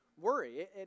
worry